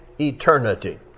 eternity